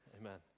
Amen